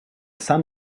sun